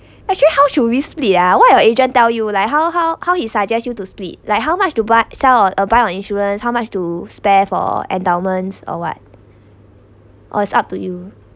actually how should we split ah why your agent tell you like how how how he suggest you to split like how much to buy sell or buy on insurance how much to spare for endowments or what or it's up to you